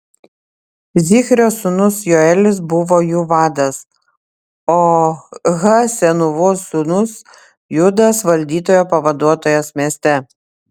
zichrio sūnus joelis buvo jų vadas o ha senūvos sūnus judas valdytojo pavaduotojas mieste